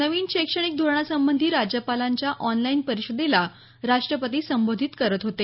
नवीन शैक्षणिक धोरणासंबंधी राज्यपालांच्या ऑनलाईन परिषदेला राष्ट्रपती संबोधित करत होते